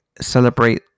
celebrate